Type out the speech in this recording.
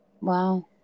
Wow